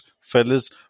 fellas